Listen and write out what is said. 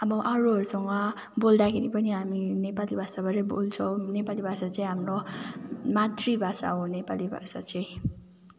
अब अरूहरूसँग बोल्दाखेरि पनि हामी नेपाली भाषाबाटै बोल्छौँ नेपाली भाषा चाहिँ हाम्रो मातृभाषा हो नेपाली भाषा चाहिँ